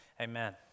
amen